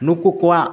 ᱱᱩᱠᱩ ᱠᱚᱣᱟᱜ